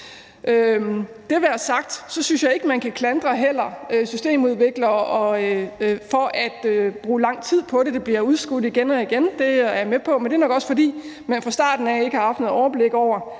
Det være sagt, synes jeg heller ikke, man kan klandre systemudviklere for at bruge lang tid på det. Det bliver udskudt igen og igen – det er jeg med på – men det er nok også, fordi man fra starten af, når man har lavet den her